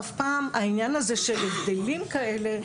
העניין הזה של הבדלים כאלה,